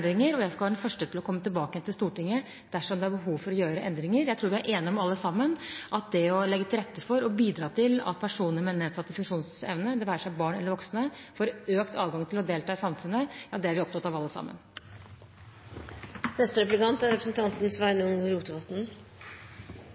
første til å komme tilbake til Stortinget dersom det er behov for å gjøre endringer. Jeg tror vi alle sammen er enige om at å legge til rette for og bidra til at personer med nedsatt funksjonsevne – det være seg barn eller voksne – får økt adgang til å delta i samfunnet. Det er vi opptatt av